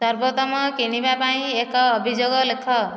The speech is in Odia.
ସର୍ବୋତ୍ତମ କିଣିବା ପାଇଁ ଏକ ଅଭିଯୋଗ ଲେଖ